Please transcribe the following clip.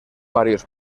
varios